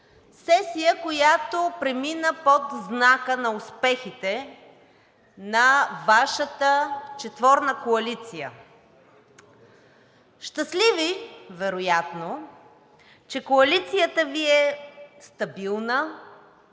Сесия, която премина под знака на успехите на Вашата четворна коалиция. Щастливи, вероятно, че коалицията Ви е стабилна